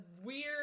weird